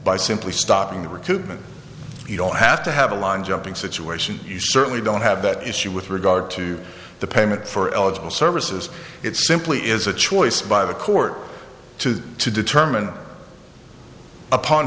by simply stopping the recruitment you don't have to have a line jumping situation you certainly don't have that issue with regard to the payment for eligible services it simply is a choice by the court to to determine upon